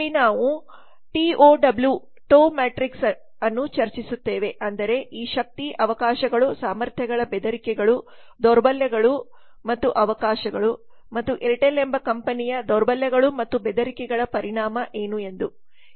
ಇಲ್ಲಿ ನಾವು T O W S ಅನ್ನು ಚರ್ಚಿಸುತ್ತೇವೆ ಅಂದರೆ ಈ ಶಕ್ತಿ ಅವಕಾಶಗಳು ಸಾಮರ್ಥ್ಯಗಳ ಬೆದರಿಕೆಗಳು ದೌರ್ಬಲ್ಯಗಳು ಮತ್ತು ಅವಕಾಶಗಳು ಮತ್ತು ಏರ್ಟೆಲ್ ಎಂಬ ಕಂಪನಿಯ ದೌರ್ಬಲ್ಯಗಳು ಮತ್ತು ಬೆದರಿಕೆಗಳ ಪರಿಣಾಮ ಏನು ಎಂದು